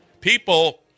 People